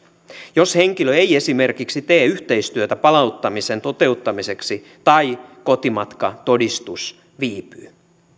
jos henkilö ei esimerkiksi tee yhteistyötä palauttamisen toteuttamiseksi tai kotimatkatodistus viipyy